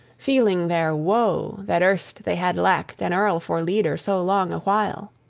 feeling their woe that erst they had lacked an earl for leader so long a while